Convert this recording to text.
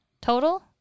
total